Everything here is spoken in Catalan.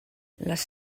les